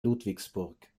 ludwigsburg